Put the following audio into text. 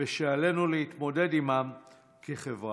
ושעלינו להתמודד עימם כחברה.